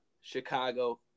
Chicago